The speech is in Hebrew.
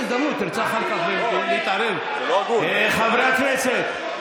טיבי, חברי הכנסת,